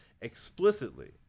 explicitly